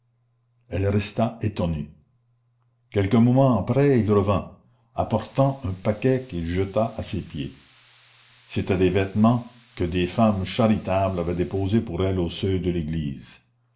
elle resta étonnée quelques moments après il revint apportant un paquet qu'il jeta à ses pieds c'étaient des vêtements que des femmes charitables avaient déposés pour elle au seuil de l'église